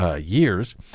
years